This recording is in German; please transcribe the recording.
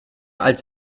als